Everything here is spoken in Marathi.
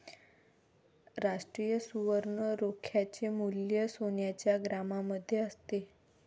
राष्ट्रीय सुवर्ण रोख्याचे मूल्य सोन्याच्या ग्रॅममध्ये असते